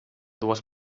dues